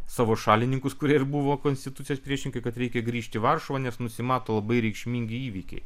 savo šalininkus kurie ir buvo konstitucijos priešininkai kad reikia grįžti į varšuvą nes nusimato labai reikšmingi įvykiai